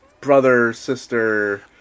brother-sister